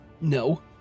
No